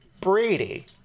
Brady